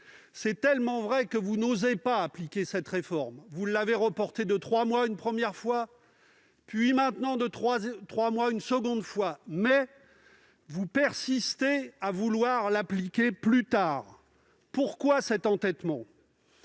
C'est tellement vrai que vous n'osez pas appliquer cette réforme. Vous l'avez reportée de trois mois une première fois, puis maintenant une seconde fois. Mais vous persistez à vouloir l'appliquer plus tard. Pourquoi cet entêtement ?